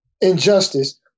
injustice